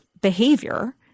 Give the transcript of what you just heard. behavior